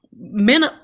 men